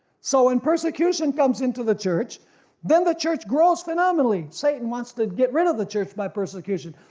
so when persecution comes into the church then the church grows phenomenally. satan wants to get rid of the church by persecution,